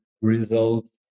results